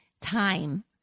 time